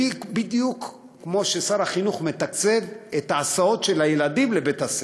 בדיוק כמו ששר החינוך מתקצב את ההסעות של הילדים לבית-הספר.